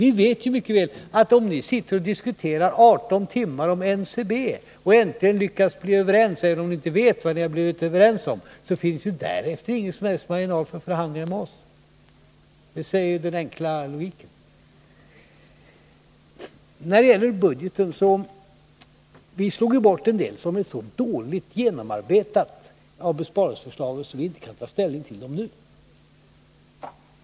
Vi vet ju mycket väl att om ni sitter och diskuterar i 18 timmar om NCB och äntligen lyckas bli överens, även om ni inte vet vad ni har blivit överens om, så finns det därefter ingen som helst marginal för förhandlingar med oss. Det säger den enkla logiken. När det gäller budgeten, så slår vi ju bort en del av besparingsförslagen som är så dåligt genomarbetade att vi inte kan ta ställning till dem nu.